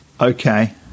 Okay